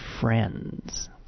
friends